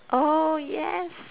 oh yes